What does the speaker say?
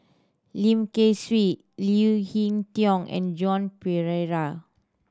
Lim Kay Siu Leo Hee Tong and Joan Pereira